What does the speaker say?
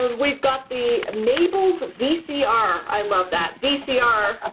and we've got the mabel's vcr. i love that. vcr.